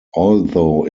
although